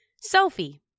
Sophie